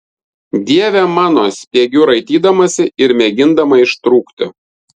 dieve mano spiegiu raitydamasi ir mėgindama ištrūkti